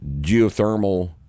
geothermal